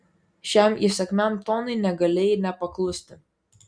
šiam įsakmiam tonui negalėjai nepaklusti